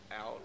out